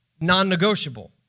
non-negotiable